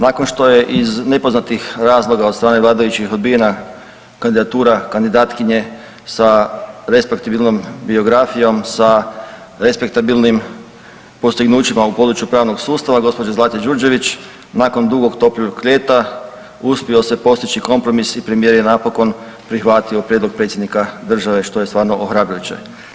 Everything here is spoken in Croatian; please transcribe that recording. Nakon što je iz nepoznatih razloga od strane vladajućih odbijena kandidatura kandidatkinje sa respektabilnom biografijom, sa respektabilnim postignućima u području pravnog sustava gđe. Zlate Đurđević, nakon dugog toplog ljeta uspio se postići kompromis i premijer je napokon prihvatio prijedlog predsjednika države, što je stvarno ohrabrujuće.